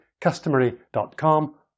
customary.com